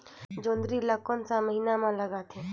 जोंदरी ला कोन सा महीन मां लगथे?